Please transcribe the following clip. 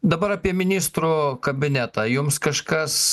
dabar apie ministrų kabinetą jums kažkas